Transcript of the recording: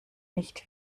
nicht